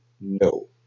No